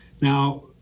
Now